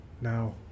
now